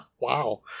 Wow